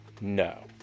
No